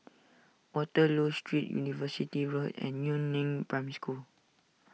Waterloo Street University Road and Yu Neng Primary School